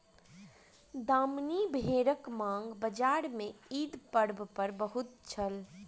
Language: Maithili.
दामनी भेड़क मांग बजार में ईद पर्व पर बहुत छल